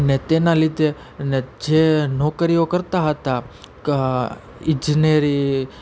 અને તેના લીધે ને જે નોકરીઓ કરતાં હતા ઈજનેરી